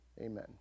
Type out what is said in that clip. Amen